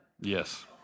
Yes